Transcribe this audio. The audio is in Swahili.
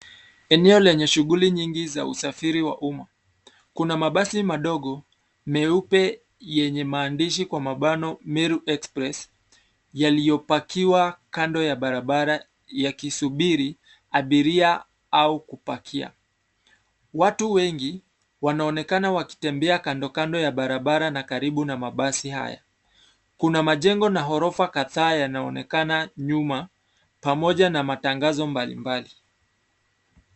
Eneo lenye shughuli nyingi za usafiri wa umma, kuna mabasi madogo meupe yenye maandishi kwa mabano, Meru Express, yaliyopakiwa kando ya barabara yakisubiri abiria au kupakia. Watu wengi, wanaonekana wakitembea kando kando ya barabara na karibu na mabasi haya, kuna majengo na ghorofa kadhaa yanaonekana nyuma, pamoja na matangazo mbalimbali.